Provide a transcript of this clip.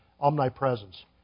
omnipresence